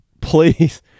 please